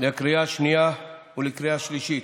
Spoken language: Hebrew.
לקריאה שנייה ולקריאה שלישית.